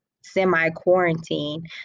semi-quarantine